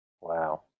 Wow